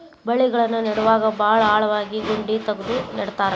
ಬಳ್ಳಿಗಳನ್ನ ನೇಡುವಾಗ ಭಾಳ ಆಳವಾಗಿ ಗುಂಡಿ ತಗದು ನೆಡತಾರ